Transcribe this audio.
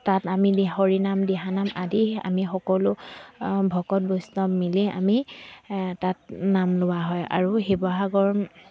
তাত আমি দি হৰি নাম দিহানাম আদি আমি সকলো ভকত বৈষ্ণৱ মিলি আমি তাত নাম লোৱা হয় আৰু শিৱসাগৰ